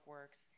Works